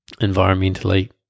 Environmentally